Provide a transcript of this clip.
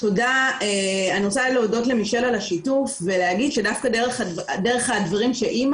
אני פותח את הדיון.